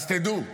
אז תדעו,